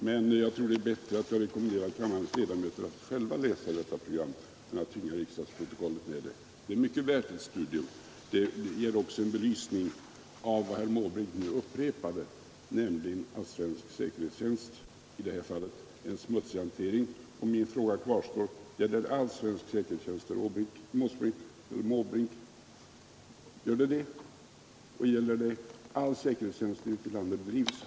Men det är bättre att jag rekommenderar kammarens ledamöter att själva läsa detta program än att jag tynger riksdagens protokoll med att citera det. Programmet är väl värt ett studium. Programmet ger också en belysning av vad herr Måbrink nu upprepade, nämligen att svensk säkerhetstjänst i det här fallet är en smutsig hantering. Och min fråga kvarstår: Gäller det all svensk säkerhetstjänst, herr Måbrink, och gäller det all säkerhetstjänst bedriven här eller utomlands?